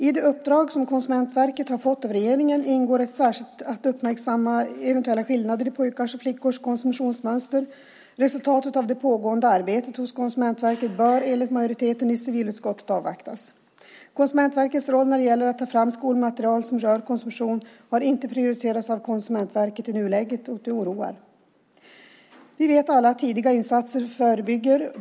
I det uppdrag som Konsumentverket har fått av regeringen ingår det att särskilt uppmärksamma eventuella skillnader i pojkars och flickors konsumtionsmönster. Resultatet av det pågående arbetet hos Konsumentverket bör enligt majoriteten i civilutskottet avvaktas. Konsumentverkets roll när det gäller att ta fram skolmaterial som rör konsumtion har inte prioriterats av Konsumentverket i nuläget, och det oroar. Vi vet alla att tidiga insatser förebygger.